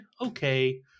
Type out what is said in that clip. okay